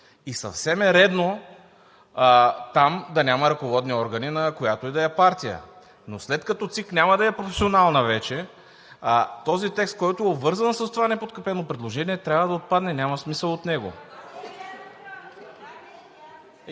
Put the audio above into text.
И съвсем е редно там да няма ръководни органи на която и да е партия. Но след като ЦИК няма да е професионална вече, този текст, който е обвързан с това неподкрепено предложение, трябва да отпадне. Няма смисъл от него.